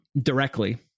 directly